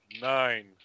Nine